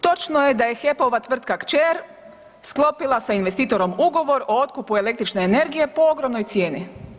Točno je da je HEP-ova tvrtka kćer sklopila sa investitorom Ugovor o otkupu električne energije po ogromnoj cijeni.